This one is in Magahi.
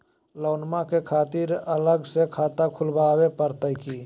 लोनमा के लिए अलग से खाता खुवाबे प्रतय की?